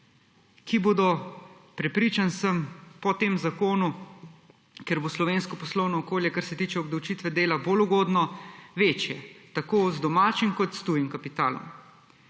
ki bodo, prepričan sem, po tem zakonu, ker bo slovensko poslovno okolje, kar se tiče obdavčitve dela, bolj ugodno, večje tako za domači kot tuj kapital.